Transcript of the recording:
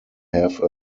have